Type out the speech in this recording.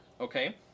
okay